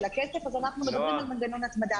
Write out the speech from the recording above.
הכסף אז אנחנו מדברים על מנגנון הצמדה.